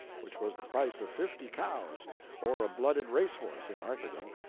which was the price of fifty cows or a blooded race horse in arthurdom.